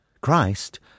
Christ